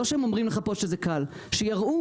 לא שהם אומרים לך פה שזה קל, שיראו